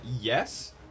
Yes